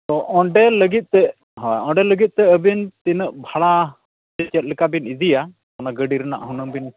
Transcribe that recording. ᱛᱚ ᱚᱸᱰᱮ ᱞᱟᱹᱜᱤᱫ ᱛᱮ ᱦᱳᱭ ᱚᱸᱰᱮ ᱞᱟᱹᱜᱤᱫ ᱛᱮ ᱟᱹᱵᱤᱱ ᱛᱤᱱᱟᱹᱜ ᱵᱷᱟᱲᱟ ᱪᱮᱫ ᱞᱮᱠᱟᱵᱤᱱ ᱤᱫᱤᱭᱟ ᱚᱱᱟ ᱜᱟᱹᱰᱤ ᱨᱮᱱᱟᱜ ᱦᱩᱱᱟᱹᱝᱵᱤᱱ